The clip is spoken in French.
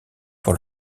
pour